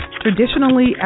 Traditionally